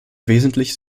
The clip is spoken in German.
wesentlich